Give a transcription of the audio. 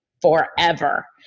forever